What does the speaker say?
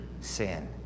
sin